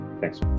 Thanks